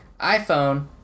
iPhone